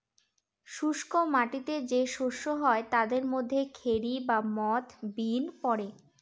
শুস্ক মাটিতে যে শস্য হয় তাদের মধ্যে খেরি বা মথ, বিন পড়ে